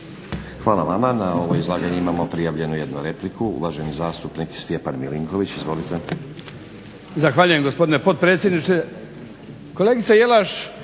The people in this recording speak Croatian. Hvala vama. Na ovo izlaganje imamo prijavljenu jednu repliku. Uvaženi zastupnik Stjepan Milinković. Izvolite. **Milinković, Stjepan (HDZ)** Zahvaljujem gospodine potpredsjedniče. Kolegice Jelaš